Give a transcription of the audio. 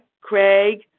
Craig